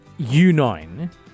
u9